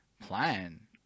plan